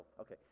okay